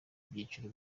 byiciro